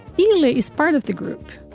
he released part of the group.